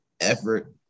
effort